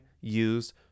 use